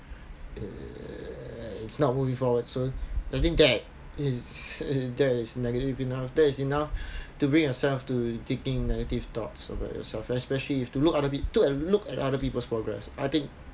it's not moving forward so I think that is that is negative enough that is enough to bring yourself to thinking negative thoughts about yourself especially you have to look at other pe~ took a look at other people's progress I think